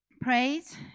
Praise